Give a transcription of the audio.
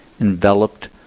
enveloped